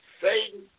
Satan